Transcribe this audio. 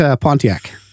Pontiac